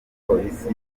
polisi